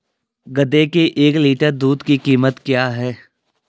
गधे के एक लीटर दूध की कीमत क्या है?